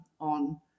on